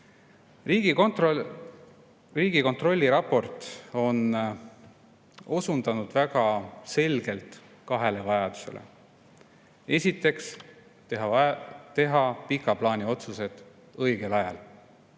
Riigikontrolli raport on osundanud väga selgelt kahele vajadusele. Esiteks, teha pika plaani otsused õigel ajal,